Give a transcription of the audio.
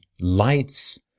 lights